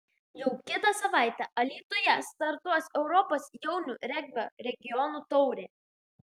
jau kitą savaitę alytuje startuos europos jaunių regbio regionų taurė